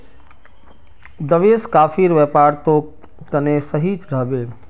देवेश, कॉफीर व्यापार तोर तने सही रह बे